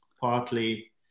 partly